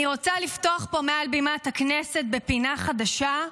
אני רוצה לפתוח פה מעל בימת הכנסת בפינה חדשה,